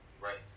right